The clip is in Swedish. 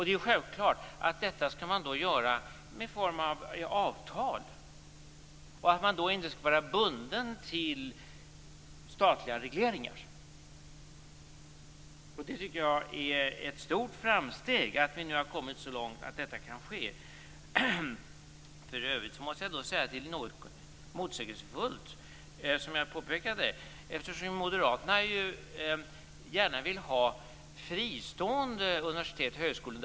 Det är självklart att man skall göra detta i form av avtal och att man då inte skall vara bunden till statliga regleringar. Jag tycker att det är ett stort framsteg att vi nu har kommit så långt att detta kan ske. För övrigt måste jag säga att det här är något motsägelsefullt, som jag också påpekade förut. Moderaterna vill ju gärna ha fristående universitet och högskolor.